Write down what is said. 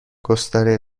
گستره